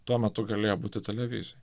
tuo metu galėjo būti televizijoj